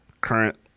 current